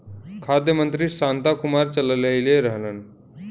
खाद्य मंत्री शांता कुमार चललइले रहलन